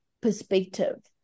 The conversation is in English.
perspective